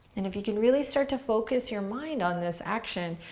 and if you can really start to focus your mind on this action,